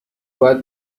باید